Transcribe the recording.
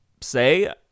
say